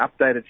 updated